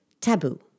taboo